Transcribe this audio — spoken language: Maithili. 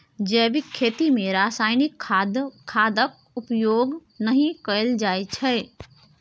जैबिक खेती मे रासायनिक खादक प्रयोग नहि कएल जाइ छै